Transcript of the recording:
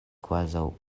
kvazaŭ